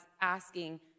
asking